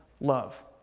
love